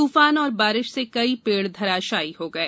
तूफान और बारिश से कई पेड़ धराशाई हो गए